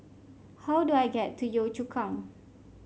how do I get to Yio Chu Kang